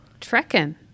trekking